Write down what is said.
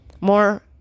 more